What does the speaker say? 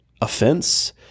offense